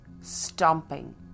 stomping